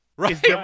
Right